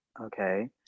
Okay